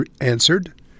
answered